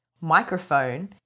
microphone